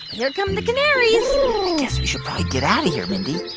here come the canaries i guess we should probably get out of here, mindy